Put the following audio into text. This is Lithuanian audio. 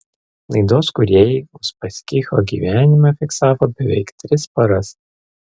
laidos kūrėjai uspaskicho gyvenimą fiksavo beveik tris paras